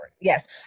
yes